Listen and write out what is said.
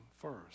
first